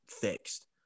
fixed